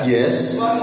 Yes